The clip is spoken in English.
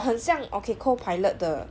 很像 okay co pilot 的